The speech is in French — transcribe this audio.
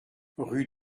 rue